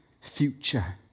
future